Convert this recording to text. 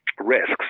risks